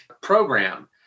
program